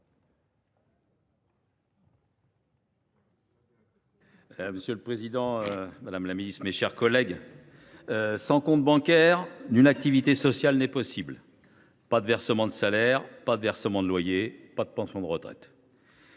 Monsieur le président, madame la secrétaire d’État, mes chers collègues, sans compte bancaire, nulle activité sociale n’est possible : pas de versement de salaire, pas de versement de loyer, pas de pension de retraite.